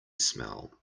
smell